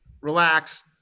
relax